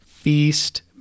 Feast